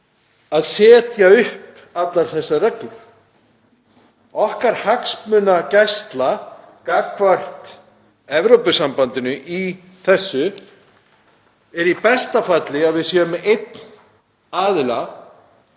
að setja upp allar þessar reglur. Okkar hagsmunagæsla gagnvart Evrópusambandinu í þessu er í besta falli að við séum með einn aðila